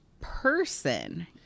Person